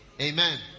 Amen